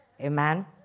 Amen